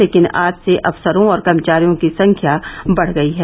लेकिन आज से अफसरों और कर्मचारियों की संख्या बढ़ गई है